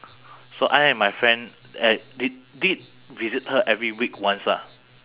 so I and my friend uh did did visit her every week once lah